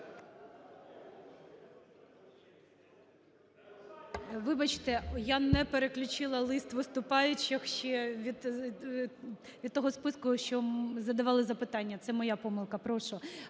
Вибачте, я не переключила лист виступаючих ще від того списку, що задавали запитання. Це моя помилка, прошу.